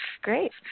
Great